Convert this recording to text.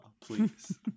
please